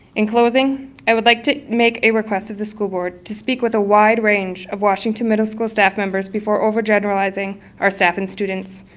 in closing i would like to make a request of the school board to speak with a wide range of washington middle school staff members before over generalizing our staff and students.